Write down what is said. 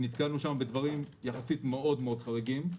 נתקלנו שם בדברים יחסית חריגים מאוד,